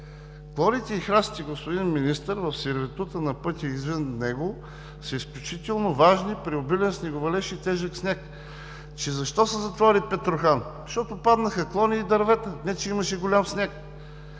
Клоните и храстите, господин Министър, в сервитута на пътя и извън него са изключително важни при обилен снеговалеж и тежък сняг. Защо се затвори Петрохан? Защото паднаха клони и дървета, не че имаше голям сняг.